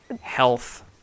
health